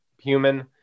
human